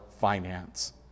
finance